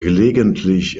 gelegentlich